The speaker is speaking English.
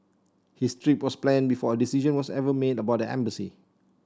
his trip was planned before a decision was ever made about the embassy